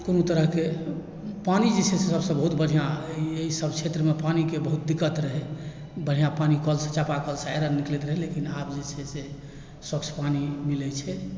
कोनो तरहकेँ पानी जे छै से सभसँ बहुत बढ़िआँ एहि एहिसभ क्षेत्रमे पानीके बहुत दिक्कत रहै बढ़िआँ पानी कलसँ चापाकलसँ आयरन निकलैत रहै लेकिन आब जे छै से स्वच्छ पानी मिलै छै